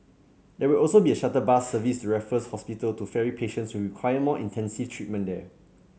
there will also be a shuttle bus service to Raffles Hospital to ferry patients who require more intensive treatment there